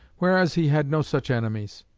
whereas he had no such enemies,